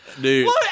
Dude